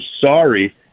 sorry